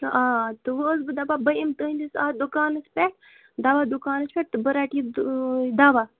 آ تہٕ وٕ ٲسٕس بہٕ دَپان بہٕ اِمہٕ تُہُنٛدِس اَتھ دُکانَس پٮ۪ٹھ دَوا دُکانَس پٮ۪ٹھ تہٕ بہٕ رَٹہٕ یہِ دَوا